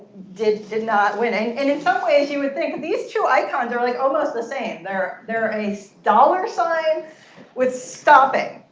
did did not win. and in in some ways you would think that these two icons are really almost the same. they're they're a so dollar sign with stopping.